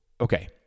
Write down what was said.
Okay